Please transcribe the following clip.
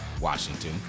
Washington